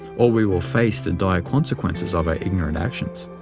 or we will face the dire consequences of our ignorant actions.